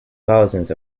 thousands